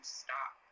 stop